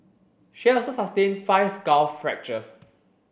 she had also sustain five skull fractures